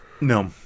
no